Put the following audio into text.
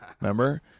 remember